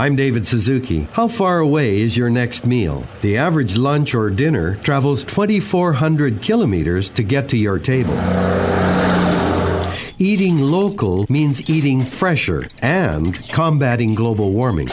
i'm david suzuki how far away is your next meal the average lunch or dinner travels twenty four hundred kilometers to get to your table eating local means eating fresh or combat in global warming